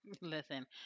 Listen